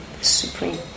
supreme